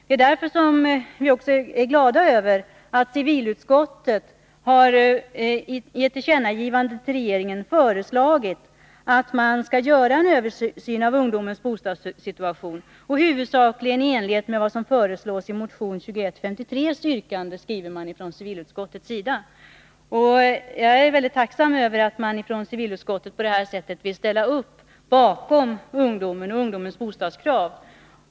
Vi är därför glada över att civilutskottet hemställer att riksdagen i ett tillkännagivande till regeringen skall föreslå att det skall göras en översyn av ungdomarnas bostadssituation, ”huvudsakligen i enlighet med vad som föreslås i motion 2153 yrkande 1”. Jag är mycket tacksam för att civilutskottet på detta sätt vill ställa upp för ungdomen och ställa sig bakom ungdomens bostadskrav.